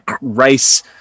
race